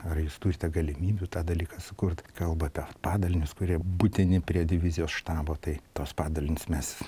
ar jūs turite galimybių tą dalyką sukurt kalba apie padalinius kurie būtini prie divizijos štabo tai tuos padalinius mes